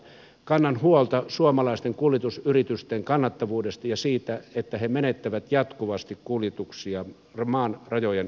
kannan huolta suomalaisten kuljetusyritysten kannattavuudesta ja siitä että ne menettävät jatkuvasti kuljetuksia maan rajojen ulkopuolelle